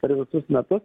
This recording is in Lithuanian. per visus metus